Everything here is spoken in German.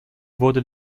wurde